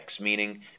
meaning